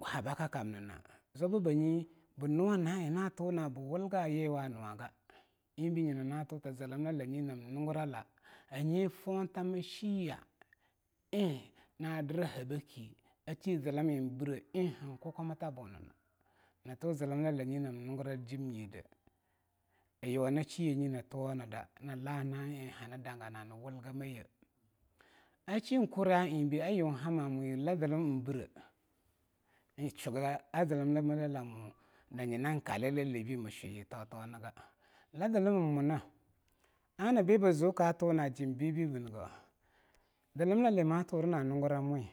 habakkamnna zwabbanye bnuwa na'a eing na tuna bwulga yiwa anuwaga. Eingbei nyina na turta zlmlanye nam nungurala anyi fontama shiya'a eing na dra habaka ashizlmeing bre eing hankukwamatabunana nto zlmlanye nam nungurala ajimmenyi de ayuna shiyene atuwonde nla na'a eing handagana nwulgamaije. shinkurya'a eingnbei, ayunhama moyirre la zlm'a bre shuga a zlmlmlelamo na nyinan kalila libei na nyina mshuyi totonga. la zlm'a mmuna ana bibziu katuna'a jinbibinngo. zlmlale maturna nunguramni?